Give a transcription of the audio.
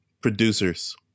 producers